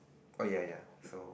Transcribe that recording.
oh ya ya so